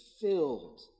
filled